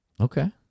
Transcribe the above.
Okay